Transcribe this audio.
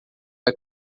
vai